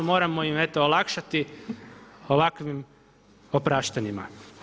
Moramo im eto olakšati ovakvim opraštanjima.